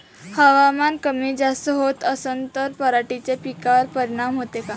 हवामान कमी जास्त होत असन त पराटीच्या पिकावर परिनाम होते का?